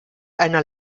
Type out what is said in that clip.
einer